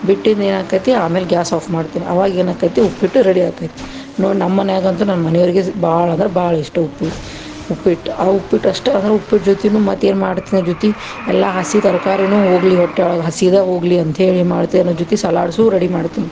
ಬಿಟ್ಟಿಂದು ಏನಾಕ್ತೈತಿ ಆಮೇಲೆ gas off ಮಾಡ್ತೀನಿ ಆವಾಗ ಏನಾಕ್ತೈತಿ ಉಪ್ಪಿಟ್ಟು ರೆಡಿ ಆಕೈತಿ ನೋಡಿ ನಮ್ಮ ಮನ್ಯಾಗಂತೂ ನಮ್ಮ ಮನೆವ್ರಿಗೆ ಭಾಳ ಅಂದ್ರೆ ಭಾಳ ಇಷ್ಟ ಉಪ್ಪಿಟ್ಟು ಉಪ್ಪಿಟ್ಟು ಆ ಉಪ್ಪಿಟ್ಟು ಅಷ್ಟೇ ಅಂದ್ರೆ ಉಪ್ಪಿಟ್ಟು ಜೊತೆನು ಮತ್ತು ಏನೂ ಮಾಡ್ತೀನಿ ಅದರ ಜೊತೆ ಎಲ್ಲ ಹಸಿ ತರಕಾರಿನೂ ಹೋಗಲಿ ಹೊಟ್ಟೆ ಒಳಗೆ ಹಸಿದು ಹೋಗಲಿ ಅಂತೇಳಿ ಏನು ಮಾಡ್ತೇನೆ ಜೊತೆ ಸಲಾಡ್ಸು ರೆಡಿ ಮಾಡ್ತೀನಿ